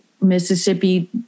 Mississippi